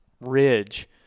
ridge